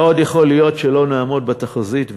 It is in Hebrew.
מאוד יכול להיות שלא נעמוד בתחזית,